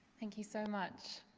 thank you so much.